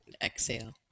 exhale